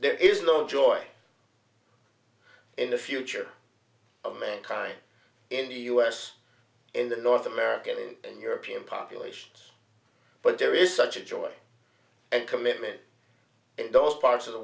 there is no joy in the future of mankind in the us in the north american and european populations but there is such a joy and commitment in those parts of the